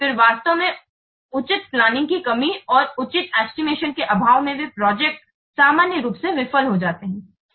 फिर वास्तव में उचित प्लानिंग की कमी और उचित एस्टिमेशन के अभाव में वे प्रोजेक्ट सामान्य रूप से विफल हो जाते हैं